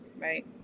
right